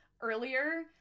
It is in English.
earlier